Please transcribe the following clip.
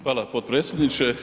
Hvala potpredsjedniče.